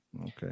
Okay